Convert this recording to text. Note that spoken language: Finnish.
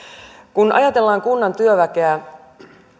kun ajatellaan kunnan työväkeä